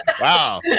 Wow